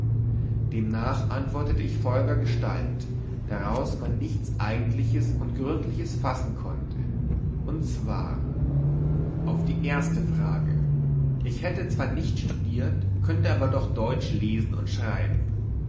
demnach antwortete ich folgendergestalt daraus man nichts eigentliches und gründliches fassen konnte und zwar auf die erste frage ich hätte zwar nicht studiert könnte aber doch teutsch lesen und schreiben